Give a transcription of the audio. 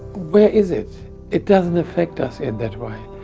where is it it doesn't affect us in that way.